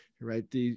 right